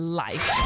life